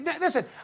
Listen